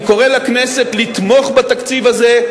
אני קורא לכנסת לתמוך בתקציב הזה.